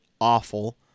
awful